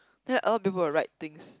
then a lot of people will write things